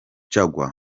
jaguar